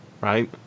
right